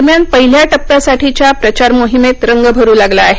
दरम्यान पहिल्या टप्प्यासाठीच्या प्रचारमोहिमेत रंग भरू लागला आहे